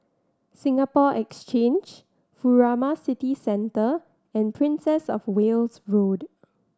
Singapore Exchange Furama City Centre and Princess Of Wales Road